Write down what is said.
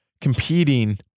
competing